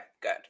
good